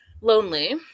lonely